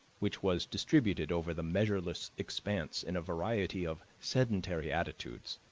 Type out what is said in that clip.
which was distributed over the measureless expanse in a variety of sedentary attitudes,